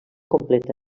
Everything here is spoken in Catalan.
completa